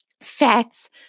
fats